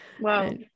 Wow